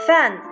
Fan